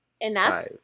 Enough